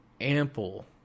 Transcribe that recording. ample